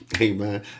amen